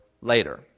later